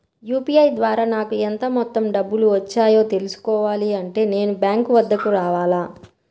UPI ద్వారా నాకు ఎంత మొత్తం డబ్బులు వచ్చాయో తెలుసుకోవాలి అంటే నేను బ్యాంక్ వద్దకు రావాలా?